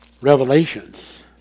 Revelations